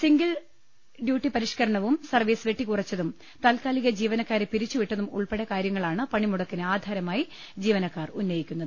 single duty പരിഷ്കരണവും service വെട്ടിക്കുറച്ചതും താൽക്കാ ലിക ജീവനക്കാരെ പിരിച്ചു വിട്ടതും ഉൾപ്പെടെ കാര്യ ങ്ങളാണ് പണിമുടക്കിന് ആധാരമായി ജീവനക്കാർ ഉന്നയിക്കുന്നത്